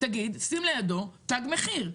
שים לידו תג מחיר.